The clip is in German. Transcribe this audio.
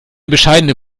bescheidene